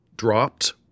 dropped